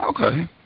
okay